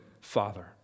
father